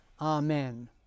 amen